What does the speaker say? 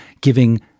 giving